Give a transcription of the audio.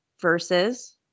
versus